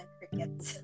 crickets